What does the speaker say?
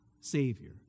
Savior